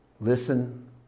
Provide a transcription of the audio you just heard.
listen